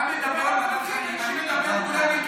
אתה מדבר על, אני רוצה שייתנו להם להיכנס.